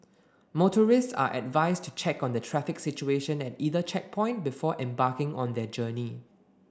motorists are advised to check on the traffic situation at either checkpoint before embarking on their journey